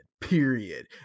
Period